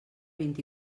vint